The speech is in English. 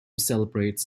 celebrates